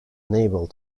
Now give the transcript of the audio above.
unable